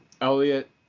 Elliott